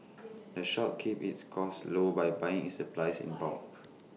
the shop keeps its costs low by buying its supplies in bulk